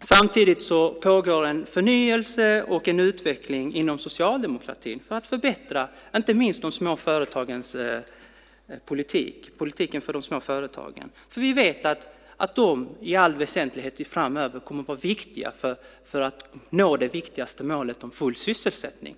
Samtidigt pågår en förnyelse och en utveckling inom socialdemokratin för att förbättra inte minst politiken för de små företagen. För vi vet att de i all väsentlighet framöver kommer att vara viktiga för att nå det viktigaste målet, nämligen det om full sysselsättning.